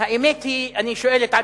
האמת היא, אני שואל את עצמי,